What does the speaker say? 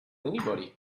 anybody